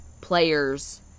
players